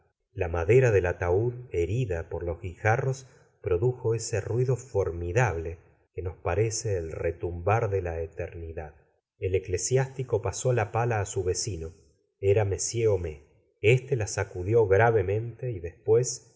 la madera del ataúd herida por los guijarros produjo ese ruido formidable que nos parece el retumbar de la eternidad el eclesiástico pasó la pala á su vecino era m homais este la sacudió gravemente y después